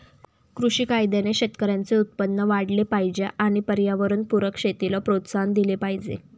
कृषी कायद्याने शेतकऱ्यांचे उत्पन्न वाढले पाहिजे आणि पर्यावरणपूरक शेतीला प्रोत्साहन दिले पाहिजे